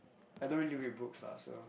I don't really read books lah so